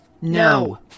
No